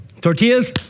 Tortillas